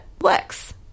works